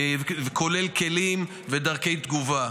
כולל כלים ודרכי תגובה.